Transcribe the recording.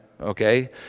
okay